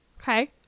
Okay